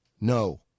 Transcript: No